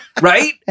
Right